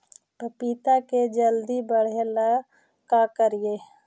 पपिता के जल्दी बढ़े ल का करिअई?